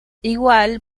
igual